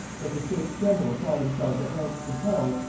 that the states-general saw themselves at length compelled,